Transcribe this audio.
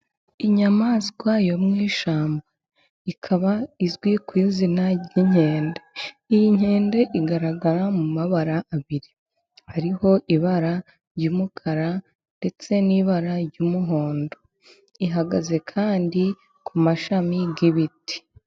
Inyamaswa yo mu ishyamba, ikaba izwi ku izina ry'inkende. Iyi nkende igaragara mu mabara abiri: harimo ibara ry'umukara, ndetse n'ibara ry'umuhondo. Ihagaze kandi ku mashami y'ibiti.